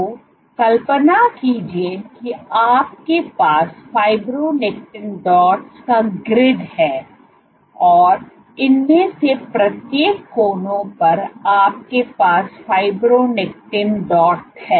तो कल्पना कीजिए कि आपके पास फाइब्रोनेक्टिन डॉट्स का ग्रिड है और इनमें से प्रत्येक कोनों पर आपके पास फाइब्रोनेक्टिन डॉट है